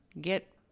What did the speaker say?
get